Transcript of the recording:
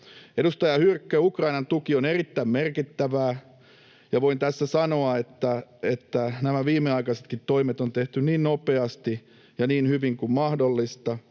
Edustaja Hyrkkö, Ukrainan tuki on erittäin merkittävää, ja voin tässä sanoa, että nämä viimeaikaisetkin toimet on tehty niin nopeasti ja niin hyvin kuin mahdollista.